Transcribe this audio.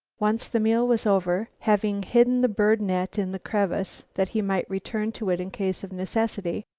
once the meal was over, having hidden the bird net in the crevice, that he might return to it in case of necessity,